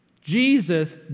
Jesus